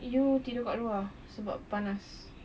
you tidur kat luar sebab panas